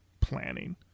planning